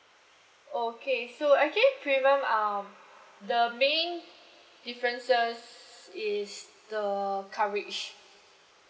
okay so actually premium um the main differences is the coverage